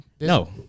No